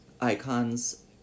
icons